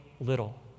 little